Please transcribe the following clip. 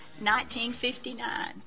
1959